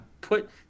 put